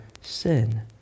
sin